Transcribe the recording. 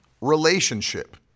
relationship